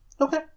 Okay